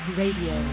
radio